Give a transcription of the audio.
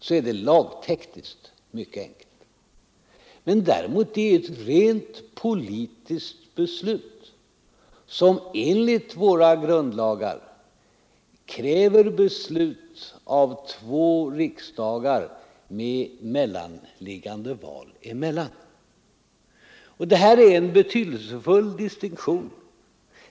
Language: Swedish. Däremot är en sådan författningsändring ett rent politiskt beslut, som grundlagsenligt måste fattas av två riksdagar med mellanliggande val. Det här är en betydelsefull distinktion.